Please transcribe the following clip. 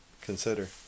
consider